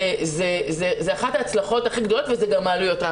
זו אחת ההצלחות הכי גדולות וזה גם העלויות.